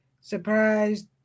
Surprised